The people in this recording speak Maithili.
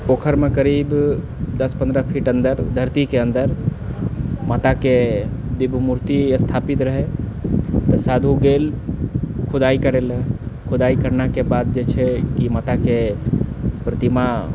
पोखरिमे करीब दस पनरह फीट अन्दर धरतीके अन्दर माताके दिव्य मूर्ति स्थापित रहै तऽ साधु गेल खुदाइ करै लए खुदाइ करनेके बाद जे छै माताके प्रतिमा